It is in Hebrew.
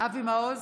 אבי מעוז,